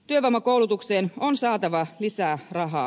työvoimakoulutukseen on saatava lisää rahaa